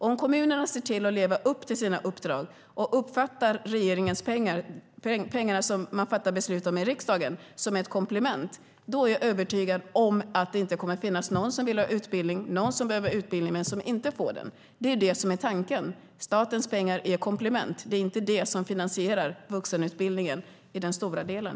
Om kommunerna lever upp till sina uppdrag och uppfattar regeringens pengar, de pengar som riksdagen fattar beslut om, som ett komplement är jag övertygad om att det inte kommer att finnas någon som vill ha utbildning, någon som behöver utbildning, som inte får det. Tanken är att statens pengar är ett komplement, inte det som finansierar den stora delen av vuxenutbildningen.